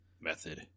method